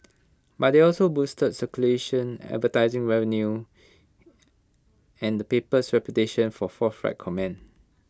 but they also boosted circulation advertising revenue and the paper's reputation for forthright comment